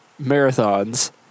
marathons